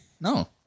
No